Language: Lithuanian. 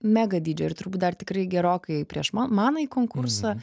mega dydžio ir turbūt dar tikrai gerokai prieš ma manajį konkursą